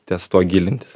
ties tuo gilintis